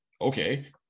okay